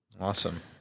awesome